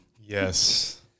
Yes